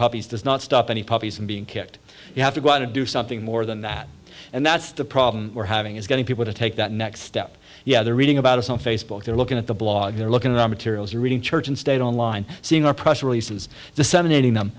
puppies does not stop any puppies and being kicked you have to go out and do something more than that and that's the problem we're having is getting people to take that next step yeah they're reading about us on facebook they're looking at the blog they're looking at the materials reading church and state online seeing our press releases disseminating them